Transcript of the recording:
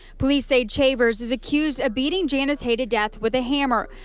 police say chavers is accused of beating janice hay to death with a hammer.